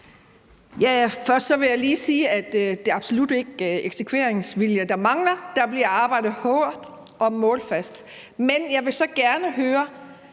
Først vil jeg lige sige, at det absolut ikke er eksekveringsvilje, der mangler; der bliver arbejdet hårdt og målfast. Men jeg vil så gerne høre: